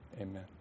Amen